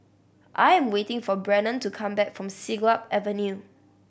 I am waiting for Brennan to come back from Siglap Avenue